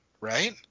right